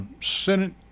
Senate